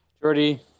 Jordy